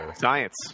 Science